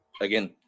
Again